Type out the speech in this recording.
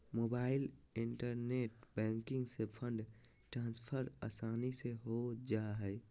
mobile internet banking से fund transfer आसानी से हो जा हइ